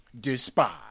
despise